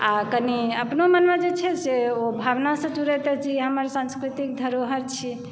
आ कनि अपनो मनमे जे छै से ओ भावनासॅं जुड़ैत अछि जे ई हमर सांस्कृतिक धरोहर छी